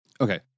Okay